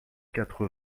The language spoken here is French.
quatre